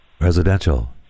Residential